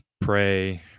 pray